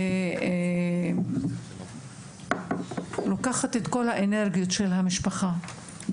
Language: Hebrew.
והיא לוקחת את כל האנרגיות של המשפחה.